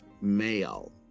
male